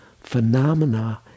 phenomena